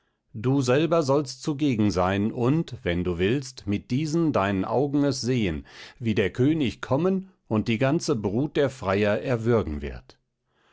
du selber sollst zugegen sein und wenn du willst mit diesen deinen augen es sehen wie der könig kommen und die ganze brut der freier erwürgen wird